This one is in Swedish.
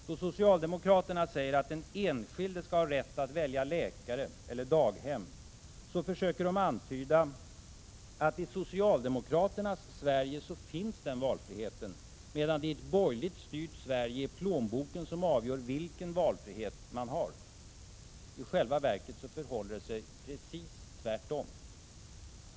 Då socialdemokraterna säger att den enskilde skall ha rätt att välja läkare eller daghem, försöker de antyda att i socialdemokratins Sverige finns den valfriheten medan det i ett borgerligt styrt Sverige är plånboken som avgör vilken valfrihet man har. I själva verket förhåller det sig precis tvärtom.